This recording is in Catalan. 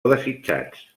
desitjats